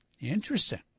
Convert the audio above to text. Interesting